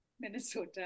Minnesota